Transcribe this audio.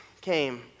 came